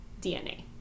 DNA